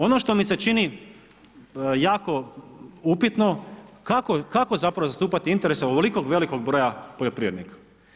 Ono što mi se čini jako upitno kako zapravo zastupati interese ovolikog broja poljoprivrednika.